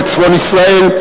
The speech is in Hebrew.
בצפון ישראל,